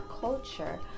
culture